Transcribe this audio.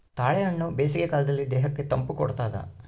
ತಾಳೆಹಣ್ಣು ಬೇಸಿಗೆ ಕಾಲದಲ್ಲಿ ದೇಹಕ್ಕೆ ತಂಪು ಕೊಡ್ತಾದ